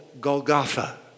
Golgotha